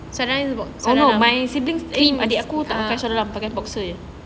oh no my siblings adik aku tak pakai seluar dalam pakai boxer